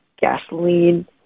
gasoline